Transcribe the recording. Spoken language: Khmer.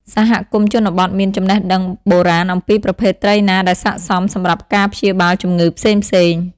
សហគមន៍ជនបទមាន ចំណេះដឹង បូរាណអំពីប្រភេទត្រីណាដែលស័ក្តិសមសម្រាប់ការព្យាបាលជំងឺផ្សេងៗ។